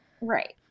Right